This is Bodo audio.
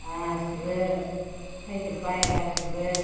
गासिबो सिफायजोब्बाय गासिबो